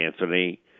Anthony